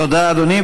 תודה, אדוני.